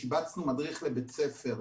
שיבצנו מדריך לבית ספר,